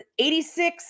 86